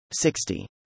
60